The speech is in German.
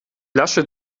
lasche